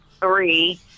three